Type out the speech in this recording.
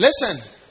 listen